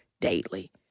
daily